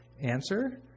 Answer